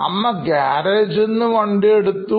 അമ്മ ഗ്യാരേജ് എന്നതിൽ നിന്ന് വണ്ടി എടുത്തു